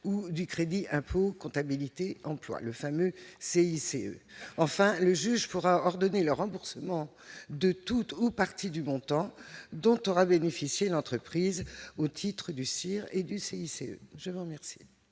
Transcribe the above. ou du crédit impôt comptabilité, le fameux CICE enfin, le juge pourra ordonner le remboursement de tout ou partie du montant dont aurait bénéficié l'entreprise au titre du CIR et du CIC, je vous remercie.